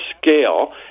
scale